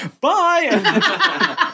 Bye